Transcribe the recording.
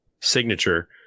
signature